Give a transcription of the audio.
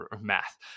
math